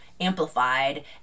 amplified